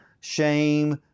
shame